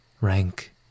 rank